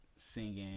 singing